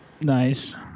Nice